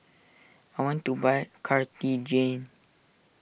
I want to buy Cartigain